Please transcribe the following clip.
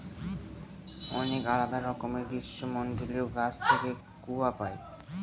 অনেক আলাদা রকমের গ্রীষ্মমন্ডলীয় গাছ থেকে কূয়া পাই